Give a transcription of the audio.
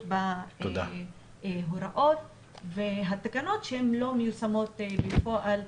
בהוראות והתקנות שלא מיושמות בפועל,